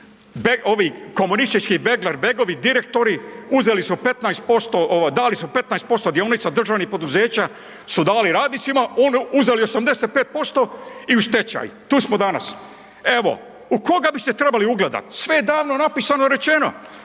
Ovi komunistički … begovi, direktori dali su 15% dionica državnih poduzeća su dali radnici, oni uzeli 85% i u stečaj. Tu smo danas. Evo u koga bi se trebali ugledat? Sve je davno napisano i rečeno.